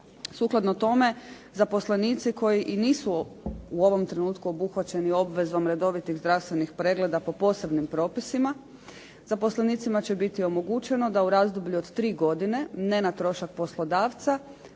Sukladno tome zaposlenici koji i nisu u ovom trenutku obuhvaćeni obvezom redovitih zdravstvenih pregleda po posebnim propisima zaposlenicima će biti omogućeno da u razdoblju od tri godine ne na trošak poslodavca